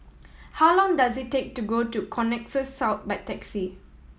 how long does it take to go to Connexis South by taxi